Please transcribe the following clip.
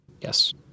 Yes